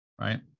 right